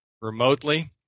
remotely